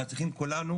אבל צריכים כולנו